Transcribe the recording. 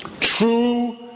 true